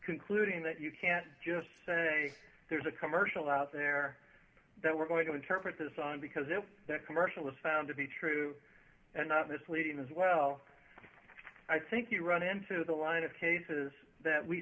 concluding that you can't just say there's a commercial out there that we're going to interpret this on because if the commercial is found to be true and not misleading as well i think you run into the line of cases that we